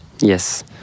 yes